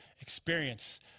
experience